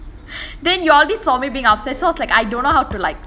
then you already saw me being upset so I was like I don't know how to like